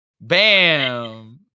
Bam